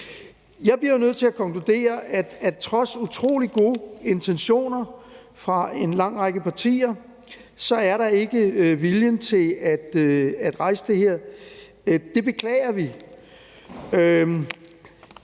Jeg bliver nødt til at konkludere, at trods utrolig gode intentioner fra en lang række partier, er der ikke vilje til at rejse det her. Det beklager vi,